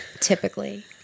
typically